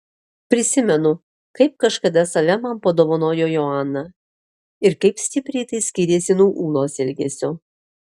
prisimenu kaip kažkada save man padovanojo joana ir kaip stipriai tai skyrėsi nuo ūlos elgesio